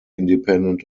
independent